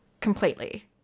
completely